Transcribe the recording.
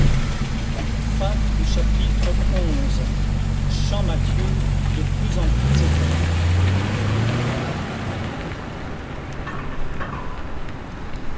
chapitre xi champmathieu de plus en plus étonné